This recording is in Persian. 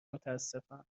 متاسفم